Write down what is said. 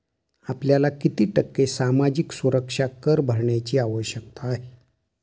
आपल्याला किती टक्के सामाजिक सुरक्षा कर भरण्याची आवश्यकता आहे?